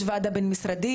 יש ועדה בין-משרדית,